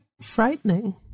frightening